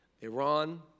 Iran